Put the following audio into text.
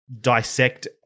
dissect